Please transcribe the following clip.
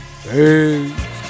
Hey